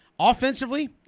offensively